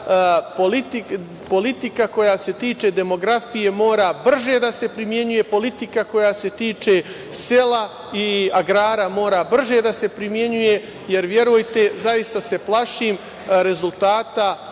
politika koja se tiče demografije mora brže da se primenjuje. Politika koja se tiče sela i agrara, mora brže da se primenjuje, jer verujte, zaista se plašim rezultata